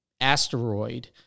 asteroid